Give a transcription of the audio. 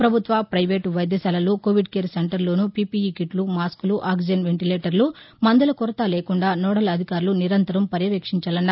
ప్రభుత్వ ప్రయివేటు వైద్యశాలలు కోవిడ్ కేర్ సెంటర్ లోనూ వీపీఈ కిట్లు మాస్క్లు అక్సిజన్ వెంటిలేటర్లు మందుల కొరత లేకుండా నోడల్ అధికారులు నిరంతరం పర్యవేక్షించాలన్నారు